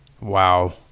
Wow